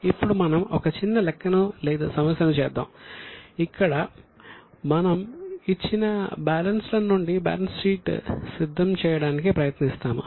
ఇప్పుడు మనం ఒక చిన్న లెక్కను లేదా సమస్యను చేద్దాం అక్కడ మనము ఇచ్చిన బ్యాలెన్స్ ల నుండి బ్యాలెన్స్ షీట్ సిద్ధం చేయడానికి ప్రయత్నిస్తాము